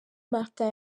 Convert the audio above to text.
martin